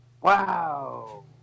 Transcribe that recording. Wow